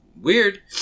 weird